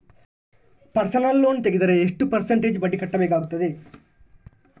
Personal loan ತೆಗೆದರೆ ಎಷ್ಟು percentage ಬಡ್ಡಿ ಕಟ್ಟಬೇಕಾಗುತ್ತದೆ?